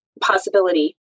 possibility